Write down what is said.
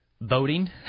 Boating